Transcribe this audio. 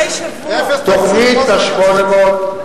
התקציב עבר לפני שבוע.